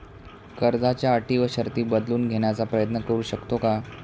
कर्जाच्या अटी व शर्ती बदलून घेण्याचा प्रयत्न करू शकतो का?